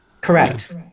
Correct